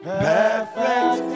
perfect